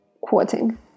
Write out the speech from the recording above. quoting